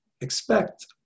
expect